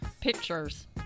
Pictures